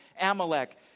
Amalek